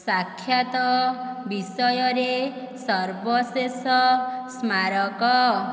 ସାକ୍ଷାତ ବିଷୟରେ ସର୍ବଶେଷ ସ୍ମାରକ